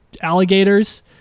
alligators